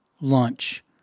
lunch